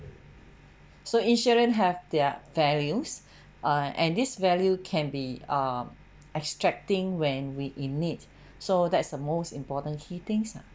so insurance have their values uh and this value can be um extracting when we in need so that's the most important key things lah